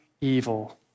evil